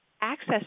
Access